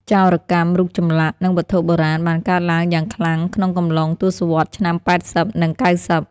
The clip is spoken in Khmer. ចោរកម្មរូបចម្លាក់ និងវត្ថុបុរាណបានកើតឡើងយ៉ាងខ្លាំងក្នុងកំឡុងទសវត្សរ៍ឆ្នាំ ៨០ និង ៩០។